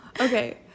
Okay